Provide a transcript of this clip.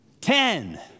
Ten